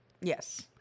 Yes